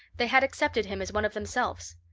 they had accepted him as one of themselves.